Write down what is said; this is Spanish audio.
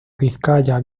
vizcaya